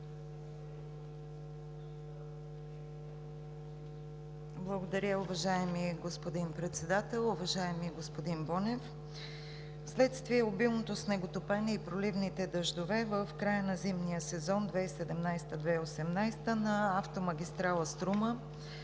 Благодаря, уважаеми господин Председател! Уважаеми господин Бонев, вследствие обилното снеготопене и проливните дъждове в края на зимния сезон 2017 – 2018 г. на автомагистрала „Струма“